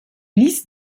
lis